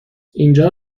اینجا